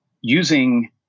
using